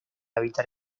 evitar